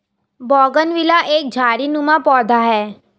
bougainvillea एक झाड़ीनुमा पौधा है